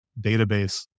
database